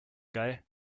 geil